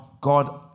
God